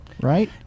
right